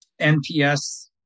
NPS